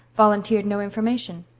volunteered no information.